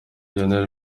lionel